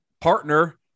partner